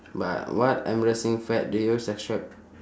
but what embarrassing fad did you subscribe